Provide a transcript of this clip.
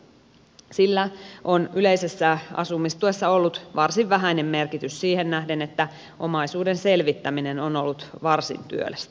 sillä on yleisessä asumistuessa ollut varsin vähäinen merkitys siihen nähden että omaisuuden selvittäminen on ollut varsin työlästä